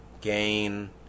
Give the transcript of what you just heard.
gain